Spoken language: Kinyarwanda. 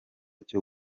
cyo